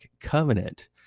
covenant